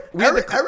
Eric